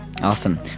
awesome